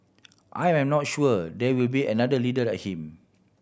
I am not sure there will be another leader like him